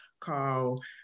called